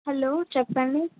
hello చెప్పండి